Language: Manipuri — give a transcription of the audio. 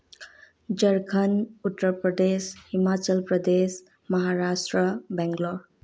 ꯖꯔꯈꯟ ꯎꯇꯔ ꯄ꯭ꯔꯗꯦꯁ ꯍꯤꯃꯥꯆꯜ ꯄ꯭ꯔꯗꯦꯁ ꯃꯍꯥꯔꯥꯁꯇ꯭ꯔ ꯕꯦꯡꯒ꯭ꯂꯣꯔ